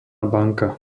banka